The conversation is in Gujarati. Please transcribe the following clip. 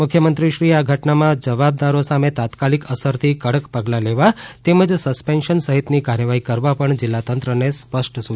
મુખ્યમંત્રી શ્રીએ આ ઘટનામાં જવાબદારો સામે તાત્કાલિક અસરથી કડક પગલાં લેવા તેમજ સસ્પેન્શન સહિતની કાર્યવાહી કરવા પણ જિલ્લા તંત્રને સ્પષ્ટ સૂચનાઓ આપી છે